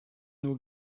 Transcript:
nur